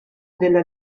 della